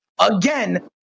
Again